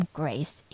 grace